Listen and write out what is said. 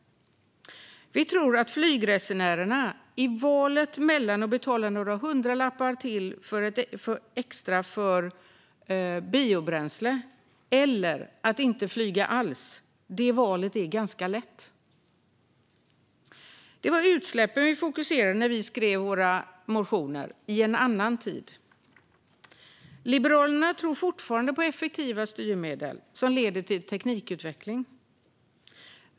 Vi tror att flygresenärerna tycker att valet mellan att betala några hundralappar extra för biobränsle eller att inte flyga alls är ganska lätt. Det var utsläppen vi fokuserade på när vi skrev våra motioner, i en annan tid. Liberalerna tror fortfarande på effektiva styrmedel som leder till teknikutveckling.